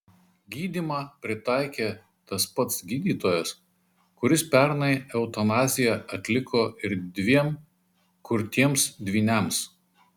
gydymą pritaikė tas pats gydytojas kuris pernai eutanaziją atliko ir dviem kurtiems dvyniams